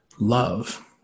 love